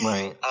Right